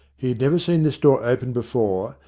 he had never seen this door open before,